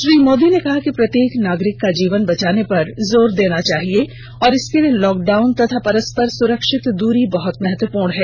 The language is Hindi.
श्री मोदी ने कहा कि प्रत्येक नागरिक का जीवन बचाने पर जोर देना चाहिए और इसके लिए लॉकडाउन तथा परस्पर सुरक्षित दूरी बहुत महत्वपूर्ण है